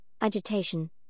agitation